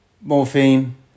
Morphine